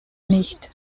nicht